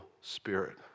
spirit